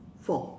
four